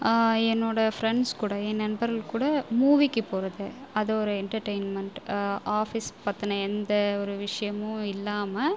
என்னோடய ஃப்ரெண்ட்ஸ் கூட என் நண்பர்கள் கூட மூவிக்கு போகிறது அது ஒரு என்டர்டெயின்மென்ட் ஆபீஸ் பற்றின எந்த ஒரு விஷயமும் இல்லாமல்